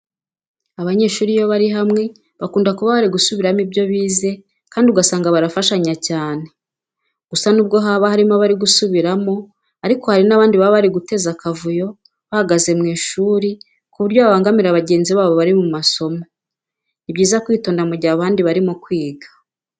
Abanyeshuri iyo bari hamwe bakunda kuba bari gusubiramo ibyo bize kandi ugasanga barafashanya cyane. Gusa nubwo haba harimo abari gusubiramo ariko hari n'abandi baba bari guteza akavuyo bahagaze mu ishuri ku buryo babangamira bagenzi babo mu masomo. Ni byiza kwitonda mu gihe abandi barimo kwiga.